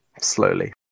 slowly